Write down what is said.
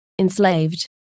enslaved